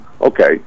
okay